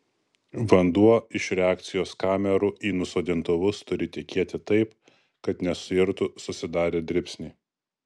vanduo iš reakcijos kamerų į nusodintuvus turi tekėti taip kad nesuirtų susidarę dribsniai